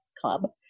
club